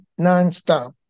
nonstop